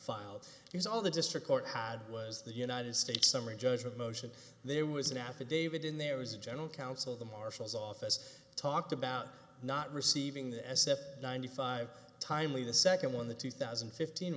filed is all the district court had was the united states summary judgment motion there was an affidavit in there was a general counsel of the marshals office talked about not receiving the s f ninety five timely the second one the two thousand and fifteen